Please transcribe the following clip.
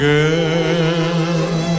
Again